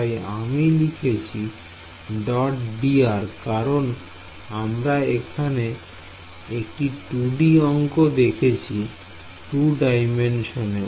তাই আমি লিখেছি dr কারণ আমরা এখানে একটি 2D অংক দেখছি 2 ডাইমেনশন এ